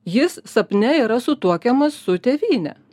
jis sapne yra sutuokiamas su tėvyne